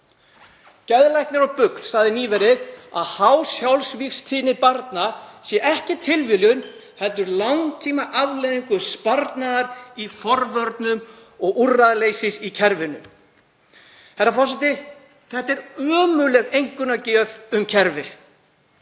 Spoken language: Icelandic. Geðlæknir á BUGL sagði nýverið að há sjálfsvígstíðni barna væri ekki tilviljun heldur langtímaafleiðing sparnaðar í forvörnum og úrræðaleysis í kerfinu. Herra forseti. Þetta er ömurleg einkunnagjöf um kerfið.